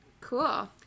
Cool